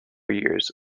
years